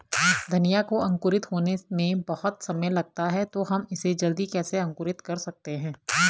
धनिया को अंकुरित होने में बहुत समय लगता है तो हम इसे जल्दी कैसे अंकुरित कर सकते हैं?